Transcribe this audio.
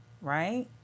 right